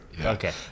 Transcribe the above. Okay